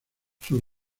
sus